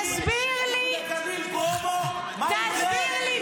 תנאי המאסר היו קשים.